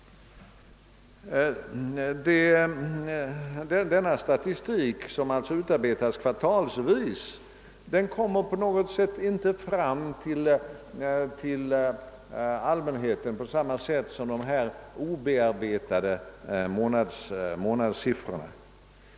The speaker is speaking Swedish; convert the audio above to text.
Denna statistik, som utarbetas kvartalsvis, kommer av någon anledning inte fram till allmänheten på samma sätt som de vanliga månadssiffrorna från arbetsförmedlingen.